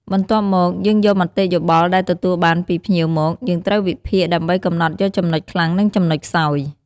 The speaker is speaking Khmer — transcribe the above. បន្ទាប់មកយើងយកមតិយោបល់ដែលទទួលបានពីភ្ញៀវមក យើងត្រូវវិភាគ ដើម្បីកំណត់យកចំណុចខ្លាំង និងចំណុចខ្សោយ។